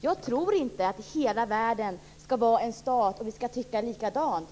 Jag tror inte att hela världen skall vara en stat och att vi skall tycka likadant.